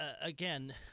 again